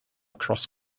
across